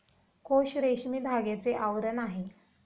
कोश रेशमी धाग्याचे आवरण आहे